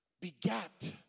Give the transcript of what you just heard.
begat